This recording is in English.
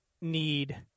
need